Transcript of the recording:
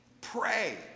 pray